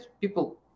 people